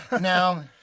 Now